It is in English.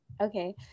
Okay